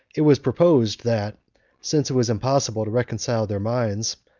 it was proposed, that since it was impossible to reconcile their minds,